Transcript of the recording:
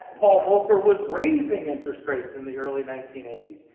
paul volcker was raising interest rates in the early nineteen eighty s,